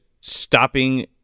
stopping